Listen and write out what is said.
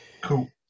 Cool